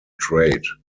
trade